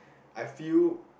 I feel